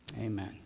Amen